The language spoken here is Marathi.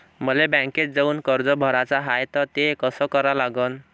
मले बँकेत जाऊन कर्ज भराच हाय त ते कस करा लागन?